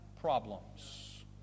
problems